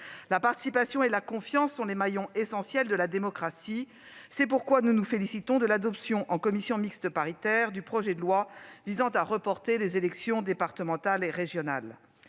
La participation et la confiance sont les maillons essentiels de la démocratie. C'est pourquoi nous nous félicitons de l'adoption en commission mixte paritaire du projet de loi visant à reporter les élections départementales et régionales.